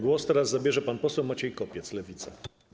Głos teraz zabierze pan poseł Maciej Kopiec, Lewica.